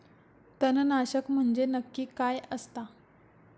तणनाशक म्हंजे नक्की काय असता?